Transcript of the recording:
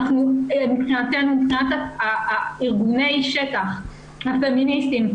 מבחינת ארגוני השטח הפמיניסטיים,